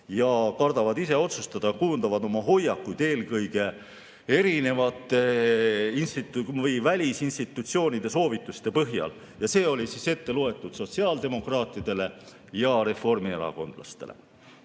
ja kardavad ise otsustada ning kujundavad oma hoiakuid eelkõige välisinstitutsioonide soovituste põhjal. See oli ette loetud sotsiaaldemokraatidele ja reformierakondlastele.